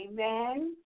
amen